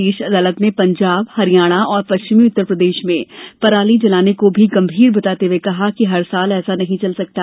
शीर्ष अदालत ने पंजाब हरियाणा और पश्चिमी उत्तर प्रदेश में पराली जलाने को भी गंभीर बताते हए कहा कि हर साल ऐसा नहीं चल सकता